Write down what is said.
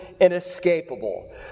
inescapable